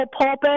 pulpit